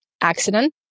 accident